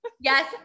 yes